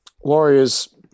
Warriors